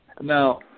Now